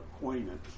acquaintance